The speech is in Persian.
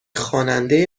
خواننده